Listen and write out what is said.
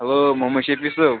hello Mohammad Shafi صٲب